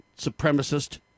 supremacist